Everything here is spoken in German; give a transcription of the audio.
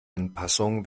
anpassungen